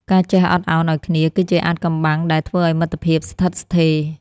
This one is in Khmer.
ការចេះអត់ឱនឱ្យគ្នាគឺជាអាថ៌កំបាំងដែលធ្វើឱ្យមិត្តភាពស្ថិតស្ថេរ។